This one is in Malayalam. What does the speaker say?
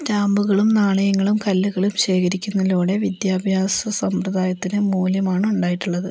സ്റ്റാമ്പുകളും നാണയങ്ങളും കല്ലുകളും ശേഖരിക്കുന്നതിലൂടെ വിദ്യാഭ്യാസ സമ്പ്രദായത്തിലെ മൂല്യമാണുണ്ടായിട്ടുള്ളത്